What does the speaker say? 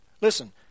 Listen